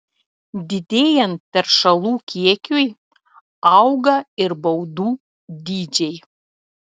didėjant teršalų kiekiui auga ir baudų dydžiai